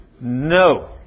no